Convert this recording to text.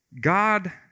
God